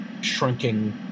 shrinking